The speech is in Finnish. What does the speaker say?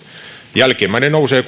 jälkimmäinen nousee